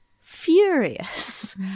furious